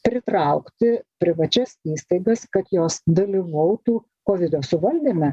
pritraukti privačias įstaigas kad jos dalyvautų kovido suvaldyme